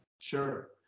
sure